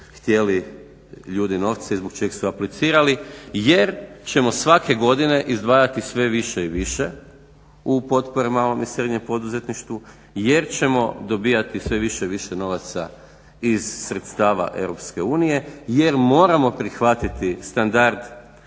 htjeli ljudi novce i zbog čeg su aplicirali, jer ćemo svake godine izdvajati sve više i više u potporama malom i srednjem poduzetništvu jer ćemo dobivati sve više i više novaca iz sredstava EU jer moramo prihvatiti standard